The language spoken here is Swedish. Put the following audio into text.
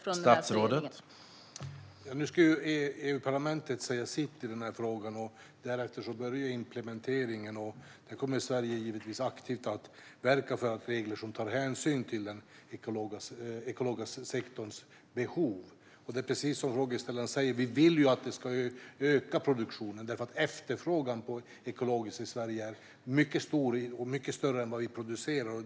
Herr talman! Nu ska EU-parlamentet säga sitt i frågan. Därefter börjar implementeringen. Där kommer Sverige givetvis aktivt att verka för regler som tar hänsyn till den ekologiska sektorns behov. Det är precis som frågeställaren säger. Vi vill att produktionen ska öka. Efterfrågan på ekologiskt är mycket stor i Sverige och mycket större än vad vi producerar.